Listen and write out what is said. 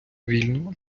вільно